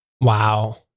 Wow